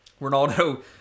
Ronaldo